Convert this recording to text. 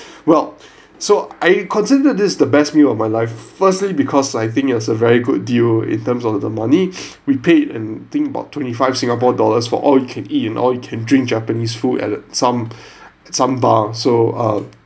well so I consider this the best meal of my life firstly because I think it's a very good deal in terms of the money we paid and think about twenty-five singapore dollars for all you can eat and all you can drink japanese food at some some bar so uh